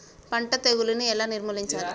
పంట తెగులుని ఎలా నిర్మూలించాలి?